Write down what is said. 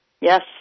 Yes